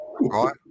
Right